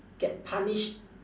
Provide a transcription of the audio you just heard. get punished